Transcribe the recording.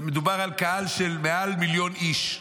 מדובר בקהל של מעל מיליון איש,